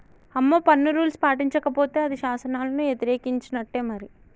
అమ్మో పన్ను రూల్స్ పాటించకపోతే అది శాసనాలను యతిరేకించినట్టే మరి